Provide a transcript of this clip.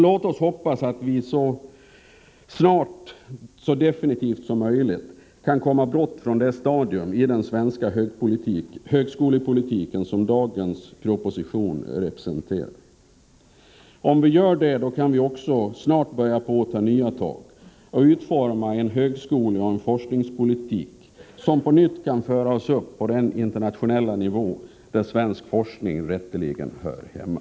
Låt oss hoppas att vi snart så definitivt som möjligt kan komma bort från det stadium i svensk högskolepolitik som dagens proposition representerar. Gör vi det kan vi också snart börja ta nya tag och utforma en högskoleoch forskningspolitik som på nytt kan föra oss upp på den internationella nivå där svensk forskning rätteligen hör hemma.